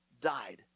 died